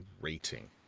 rating